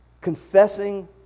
confessing